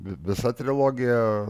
visa trilogija